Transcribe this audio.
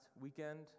weekend